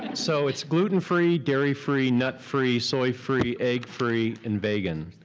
so it's gluten-free, dairy-free, nut-free, soy-free, egg-free, and vegan.